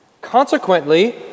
consequently